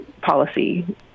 policy